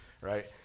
Right